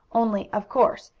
only, of course,